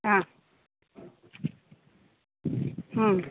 हा